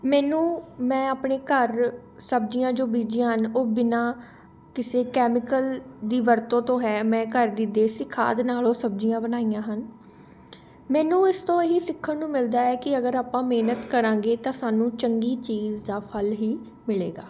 ਮੈਨੂੰ ਮੈਂ ਆਪਣੇ ਘਰ ਸਬਜ਼ੀਆਂ ਜੋ ਬੀਜੀਆਂ ਹਨ ਉਹ ਬਿਨਾਂ ਕਿਸੇ ਕੈਮੀਕਲ ਦੀ ਵਰਤੋਂ ਤੋਂ ਹੈ ਮੈਂ ਘਰ ਦੀ ਦੇਸੀ ਖਾਦ ਨਾਲ਼ ਉਹ ਸਬਜ਼ੀਆਂ ਬਣਾਈਆਂ ਹਨ ਮੈਨੂੰ ਇਸ ਤੋਂ ਇਹੀ ਸਿੱਖਣ ਨੂੰ ਮਿਲਦਾ ਹੈ ਕਿ ਅਗਰ ਆਪਾਂ ਮਿਹਨਤ ਕਰਾਂਗੇ ਤਾਂ ਸਾਨੂੰ ਚੰਗੀ ਚੀਜ਼ ਦਾ ਫ਼ਲ ਹੀ ਮਿਲੇਗਾ